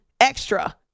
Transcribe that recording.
extra